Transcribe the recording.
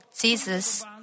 Jesus